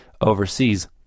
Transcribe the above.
overseas